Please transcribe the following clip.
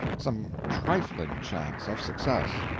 some trifling chance of success.